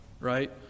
right